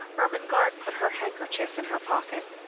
ermengarde put her handkerchief in her pocket.